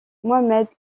mohamed